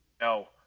No